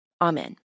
Amen